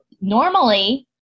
normally